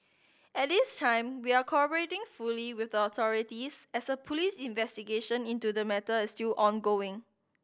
at this time we are cooperating fully with authorities as a police investigation into the matter is still ongoing